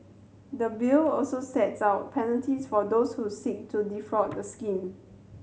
the Bill also sets out penalties for those who seek to defraud the scheme